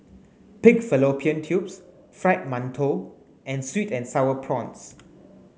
pig fallopian tubes fried mantou and sweet and sour prawns